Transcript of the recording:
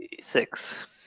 Six